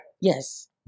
Yes